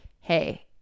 hey